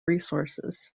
resources